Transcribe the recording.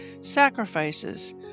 sacrifices